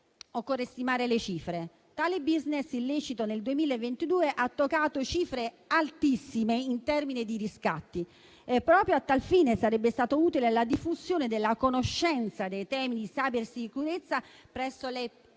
occorre stimare le cifre: nel 2022 tale *business* illecito ha toccato cifre altissime in termini di riscatti e proprio a tal fine sarebbe stata utile la diffusione della conoscenza dei temi di cybersicurezza presso le PMI,